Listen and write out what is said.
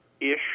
ish